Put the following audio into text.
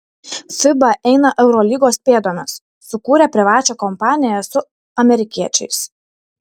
fiba eina eurolygos pėdomis sukūrė privačią kompaniją su amerikiečiais